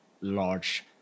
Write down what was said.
large